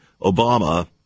Obama